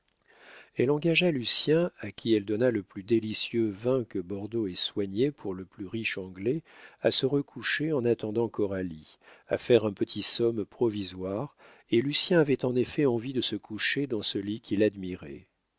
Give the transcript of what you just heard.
elle engagea lucien à qui elle donna le plus délicieux vin que bordeaux ait soigné pour le plus riche anglais à se recoucher en attendant coralie à faire un petit somme provisoire et lucien avait en effet envie de se coucher dans ce lit qu'il admirait